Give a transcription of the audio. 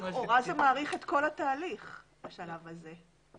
לכאורה זה מאריך את כל התהליך בשלב הזה.